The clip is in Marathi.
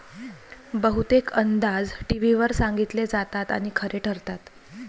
बहुतेक अंदाज टीव्हीवर सांगितले जातात आणि खरे ठरतात